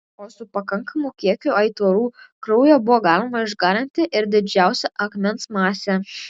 o su pakankamu kiekiu aitvarų kraujo buvo galima išgarinti ir didžiausią akmens masę